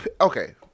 okay